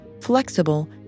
flexible